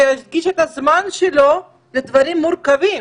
שיקדיש את הזמן שלו לדברים מורכבים.